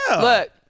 Look